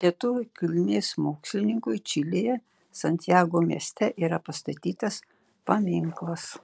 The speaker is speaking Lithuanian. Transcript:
lietuvių kilmės mokslininkui čilėje santjago mieste yra pastatytas paminklas